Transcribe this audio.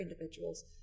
individuals